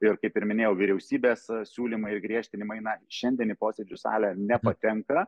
ir kaip ir minėjau vyriausybės siūlymai ir griežtinimai na šiandien į posėdžių salę nepatenka